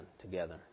together